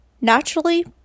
Naturally